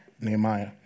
Nehemiah